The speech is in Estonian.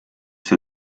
see